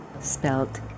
spelt